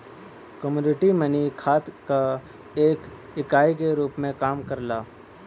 commodity money खात क एक इकाई के रूप में काम करला